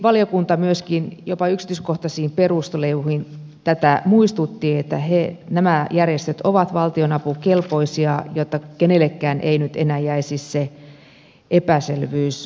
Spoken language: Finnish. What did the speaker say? valiokunta jopa yksityiskohtaisissa perusteluissa muistutti että nämä järjestöt ovat valtionapukelpoisia jotta kukaan ei nyt enää jäisi epäselvyyden valtaan